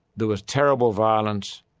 there was terrible violence,